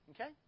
okay